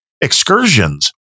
excursions